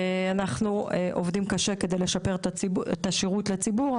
אנחנו עובדים קשה כדי לשפר את השירות לציבור,